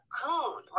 coon